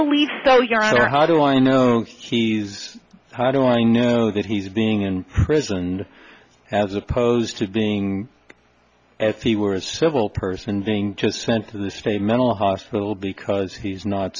believe so yes or how do i know he's how do i know that he's being in prison as opposed to being if he were a civil person being to spend through the state mental hospital because he's not